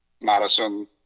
Madison